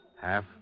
Half